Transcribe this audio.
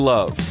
Love